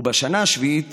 ובשנה השביעית